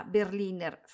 Berliner